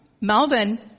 Melvin